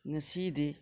ꯉꯁꯤꯗꯤ